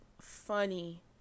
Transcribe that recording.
funny